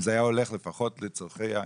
אם זה היה הולך לפחות לצורכי הציבור,